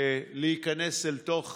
להיכנס אל תוך